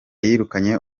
yirukanye